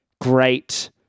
great